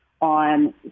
on